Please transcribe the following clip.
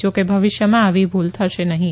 જા કે ભવિષ્યમાં આવી ભુલ થશે નહીં